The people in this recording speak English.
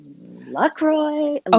LaCroix